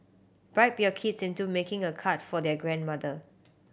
bribe your kids into making a card for their grandmother